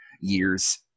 years